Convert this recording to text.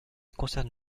concerne